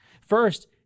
First